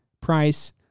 Price